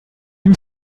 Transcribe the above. you